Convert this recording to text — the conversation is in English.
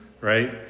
Right